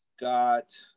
got